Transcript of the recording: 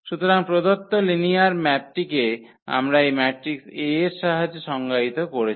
সুতরাং প্রদত্ত লিনিয়ার ম্যাপটিকে আমরা এই ম্যাট্রিক্স 𝐴 এর সাহায্যে সংজ্ঞায়িত করেছি